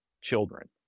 children